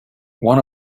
one